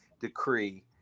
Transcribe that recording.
decree